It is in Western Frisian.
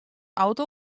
auto